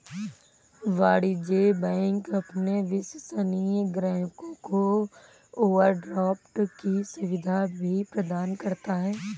वाणिज्य बैंक अपने विश्वसनीय ग्राहकों को ओवरड्राफ्ट की सुविधा भी प्रदान करता है